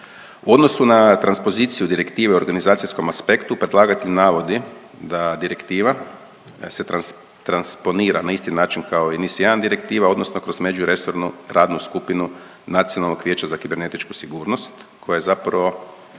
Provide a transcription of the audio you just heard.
U odnosu na transpoziciju Direktive o organizacijskom aspektu predlagatelj navodi da direktiva se trans…, transponira na isti način kao i NIS1 Direktiva odnosno kroz međuresornu radnu skupinu Nacionalnog vijeća za kibernetičku sigurnost koja je zapravo